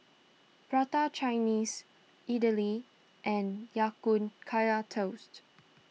Prata Chinese Idly and Ya Kun Kaya Toast